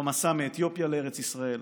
במסע מאתיופיה לארץ ישראל,